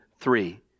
Three